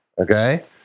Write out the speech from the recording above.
Okay